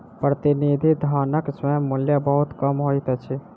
प्रतिनिधि धनक स्वयं मूल्य बहुत कम होइत अछि